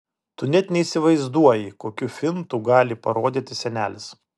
tu net neįsivaizduoji kokių fintų gali parodyti senelis